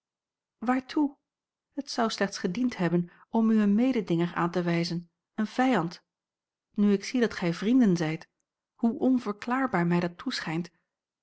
waartoe het zou slechts gediend hebben om u een mededinger aan te wijzen een vijand nu ik zie dat gij vrienden zijt hoe onverklaarbaar mij dat toeschijnt